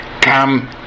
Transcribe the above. come